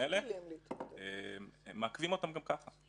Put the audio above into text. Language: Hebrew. האלה מעכבים אותם גם ככה.